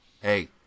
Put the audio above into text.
Hey